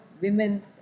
women